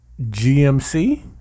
GMC